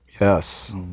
Yes